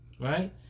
Right